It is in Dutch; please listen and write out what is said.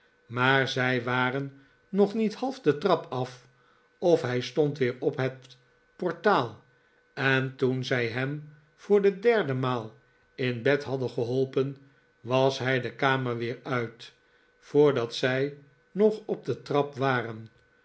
maar zij waren nog niet half de trap af of hij stond weer op het portaal en toen zij hem voor de derde maal in bed hadden geholpen was hij de kamer weer uit voordat zij nog op de trap waren